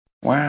wow